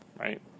Right